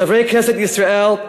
חברי כנסת ישראל,